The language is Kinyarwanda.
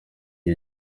iyo